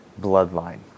bloodline